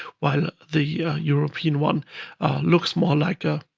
while the european one looks more like a,